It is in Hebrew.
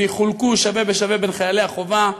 ויחולקו שווה בשווה בין חיילי החובה.